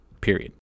Period